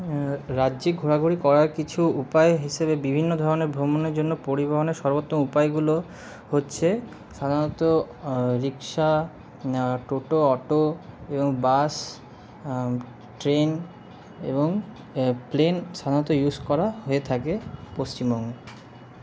রাজ্যে ঘোরাঘুরি করার কিছু উপায় হিসেবে বিভিন্ন ধরনের ভ্রমণের জন্য পরিবহনের সর্বোত্তম উপায়গুলো হচ্ছে সাধারণত রিক্সা টোটো অটো এবং বাস ট্রেন এবং প্লেন সাধারণত ইউজ করা হয়ে থাকে পশ্চিমবঙ্গে